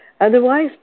Otherwise